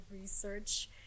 research